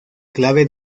clave